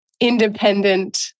independent